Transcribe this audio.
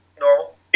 Normal